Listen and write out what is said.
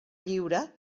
lliure